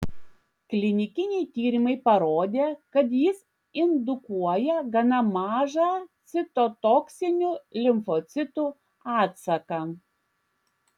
klinikiniai tyrimai parodė kad jis indukuoja gana mažą citotoksinių limfocitų atsaką